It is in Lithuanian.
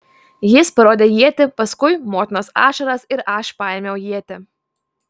jis parodė ietį paskui motinos ašaras ir aš paėmiau ietį